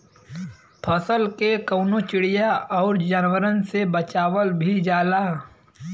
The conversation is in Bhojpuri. फसल के कउनो चिड़िया आउर जानवरन से बचावल भी जाला